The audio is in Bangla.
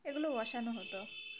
এগুলো বসানো হতো